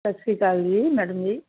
ਸਤਿ ਸ਼੍ਰੀ ਅਕਾਲ ਜੀ ਮੈਡਮ ਜੀ